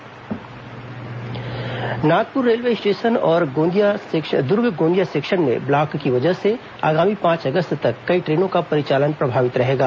train प्रभावित Nagpur railway station और Durg Gondia section में ब्लॉक की वजह से आगामी पांच अगस्त तक कई ट्रेनों का परिचालन प्रभावित रहेगा